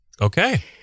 Okay